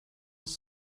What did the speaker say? uns